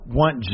want